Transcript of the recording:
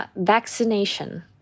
vaccination